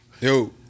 Yo